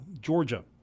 Georgia